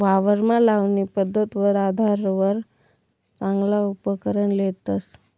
वावरमा लावणी पध्दतवर आधारवर चांगला उपकरण लेतस